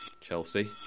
Chelsea